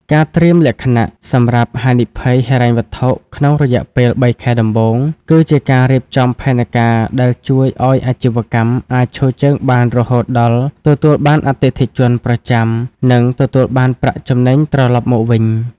ការត្រៀមលក្ខណៈសម្រាប់ហានិភ័យហិរញ្ញវត្ថុក្នុងរយៈពេលបីខែដំបូង គឺជាការរៀបចំផែនការដែលជួយឱ្យអាជីវកម្មអាចឈរជើងបានរហូតដល់ទទួលបានអតិថិជនប្រចាំ និងទទួលបានប្រាក់ចំណេញត្រឡប់មកវិញ។